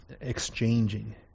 exchanging